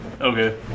okay